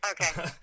Okay